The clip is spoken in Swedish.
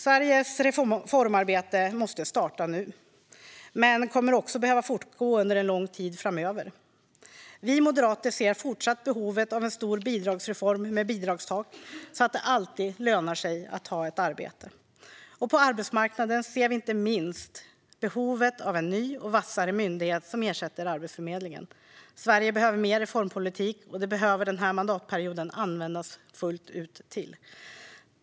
Sveriges reformarbete måste starta nu. Det behöver dock också fortgå under en lång tid framöver. Moderaterna ser ett fortsatt behov av en stor bidragsreform med bidragstak så att det alltid lönar sig att ta ett arbete. Inte minst på arbetsmarknadens område ser vi ett behov av en ny och vassare myndighet som ersätter Arbetsförmedlingen. Sverige behöver mer reformpolitik, och det behöver denna mandatperiod användas till fullt ut.